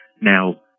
Now